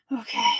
Okay